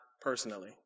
personally